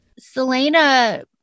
Selena